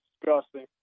disgusting